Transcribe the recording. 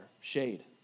shade